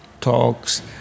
talks